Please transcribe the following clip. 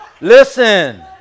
listen